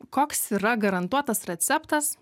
koks yra garantuotas receptas